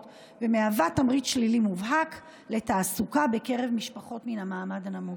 ומהווה תמריץ שלילי מובהק לתעסוקה בקרב משפחות מן המעמד הנמוך.